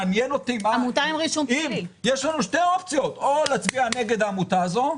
יש לנו שתי אופציות: או להצביע על העמותה הזאת,